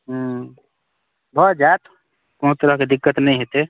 ह्म्म भऽ जायत कोनो तरहके दिक्कत नहि हेतै